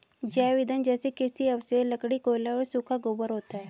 जैव ईंधन जैसे कृषि अवशेष, लकड़ी, कोयला और सूखा गोबर होता है